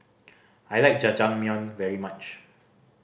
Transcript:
I like Jajangmyeon very much